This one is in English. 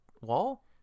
wall